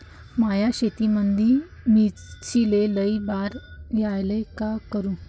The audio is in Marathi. माया शेतामंदी मिर्चीले लई बार यायले का करू?